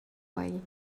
way